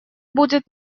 будет